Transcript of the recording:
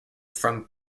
from